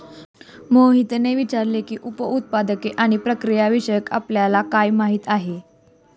मोहितने विचारले की, उप उत्पादने आणि प्रक्रियाविषयी आपल्याला काय माहिती आहे?